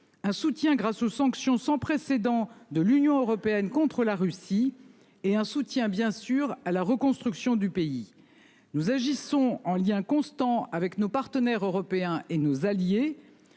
Un soutien grâce aux sanctions sans précédent de l'Union européenne contre la Russie et un soutien bien sûr à la reconstruction du pays. Nous agissons en lien constant avec nos partenaires européens et nos alliés.